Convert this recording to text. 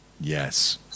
Yes